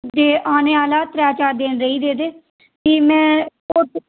ते औने आह्ला ऐ त्रैऽ चार दिन रेही दे ते भी में